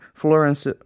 Florence